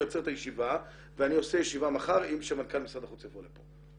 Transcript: אני עוצר את הישיבה ואני עושה ישיבה מחר שמנכ"ל משרד החוץ יבוא לפה.